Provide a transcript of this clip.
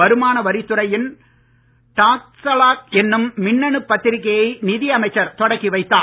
வருமான வரித்துறையின் டாக்ஸலாக் என்னும் மின்னணு பத்திரிக்கையை நிதி அமைச்சர் தொடக்கி வைத்தார்